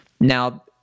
Now